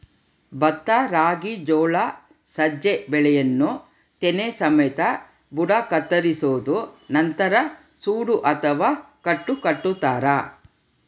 ಭತ್ತ ರಾಗಿ ಜೋಳ ಸಜ್ಜೆ ಬೆಳೆಯನ್ನು ತೆನೆ ಸಮೇತ ಬುಡ ಕತ್ತರಿಸೋದು ನಂತರ ಸೂಡು ಅಥವಾ ಕಟ್ಟು ಕಟ್ಟುತಾರ